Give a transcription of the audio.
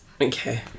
Okay